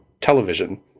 television